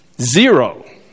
Zero